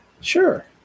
Sure